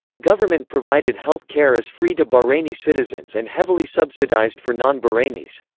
government-provided health care is free to bahraini citizens and heavily subsidised for non-bahrainis.